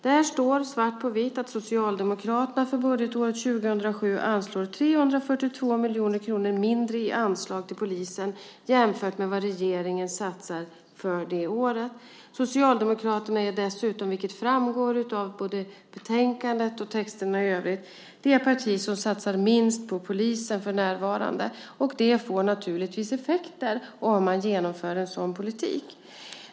Där står i svart på vitt att Socialdemokraterna för budgetåret 2007 anslår 342 miljoner kronor mindre i anslag till polisen än vad regeringen satsar för det året. Socialdemokraterna är dessutom, vilket framgår av både betänkandet och texterna i övrigt, det parti som satsar minst på polisen för närvarande. Det får naturligtvis effekter om man genomför en sådan politik.